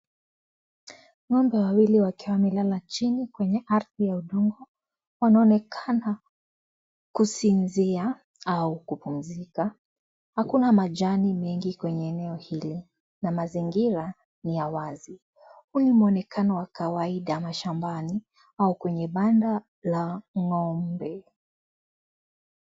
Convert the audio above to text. Ng'ombe wawili wakiwa wamelala chini kwenye ardhi ya udongo. Wanaonekana kusinzia au kupumzika. Hakuna majani mengi kwenye eneo hili na mazingira ni ya wazi. Huu ni muonekano wa kawaida mashambani au kwenye Banda la ng'ombe.